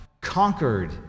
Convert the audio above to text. conquered